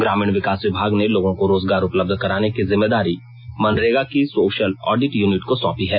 ग्रामीण विकास विभाग ने लोगों को रोजगार उपलब्ध कराने की जिम्मेदारी मनरेगा की सोशल ऑडिट यूनिट को सौंपी है